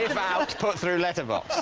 if out, put through letterbox.